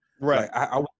Right